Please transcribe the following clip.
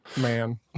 Man